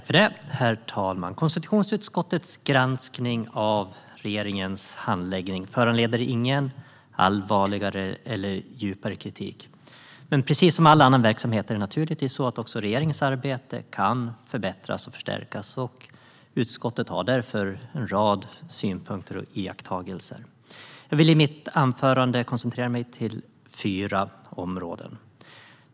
Herr talman! Konstitutionsutskottets granskning av regeringens handläggning föranleder ingen allvarligare eller djupare kritik, men precis som med all annan verksamhet kan regeringens arbete naturligtvis förbättras och förstärkas. Utskottet har därför en rad synpunkter och iakttagelser. Jag vill i mitt anförande koncentrera mig till fyra områden.